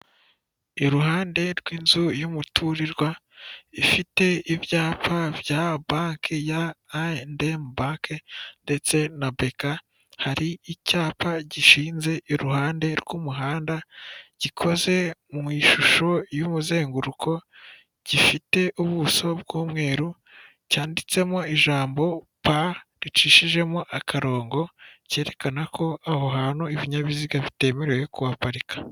Iruhande rw'inzu y'umuturirwa ifite ibyapa bya banki ya ayi endemu banki, ndetse na beka hari icyapa gishinze iruhande rw'umuhanda, gikoze mu ishusho y'umuzenguruko, gifite ubuso bw'umweru, cyanditsemo ijambo pa ricishijemo akarongo, kerekana ko aho hantu ibinyabiziga bitemerewe kuparika.